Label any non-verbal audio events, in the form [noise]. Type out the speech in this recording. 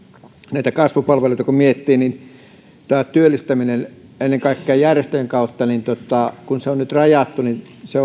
näitä kasvupalveluita kun miettii niin kun tämä työllistäminen ennen kaikkea järjestöjen kautta on nyt rajattu niin se [unintelligible]